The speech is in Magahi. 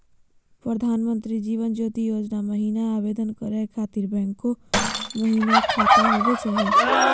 प्रधानमंत्री जीवन ज्योति योजना महिना आवेदन करै खातिर बैंको महिना खाता होवे चाही?